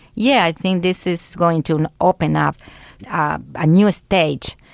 yeah i think this is going to and open up a newer stage.